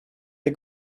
the